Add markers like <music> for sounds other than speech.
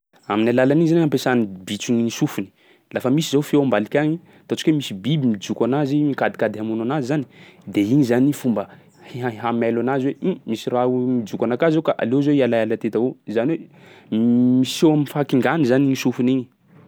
Amin'ny alalan'iny zany ampiasan'ny bitro ny sofiny. Lafa misy zao feo ambaliky agny, ataontsika hoe misy biby mijoko anazy, mikadikady hamono anazy zany de igny zany fomba hiha- hahamailo anazy hoe: mh! Misy raha o- mijoko anakah zao ka, aleo zaho hialahiala teto avao. Zany hoe <hesitation> miseho am'fahakingany zany igny sofiny igny.